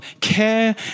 care